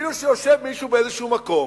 כאילו שיושב מישהו באיזשהו מקום,